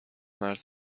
مرد